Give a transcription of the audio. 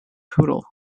poodle